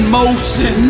motion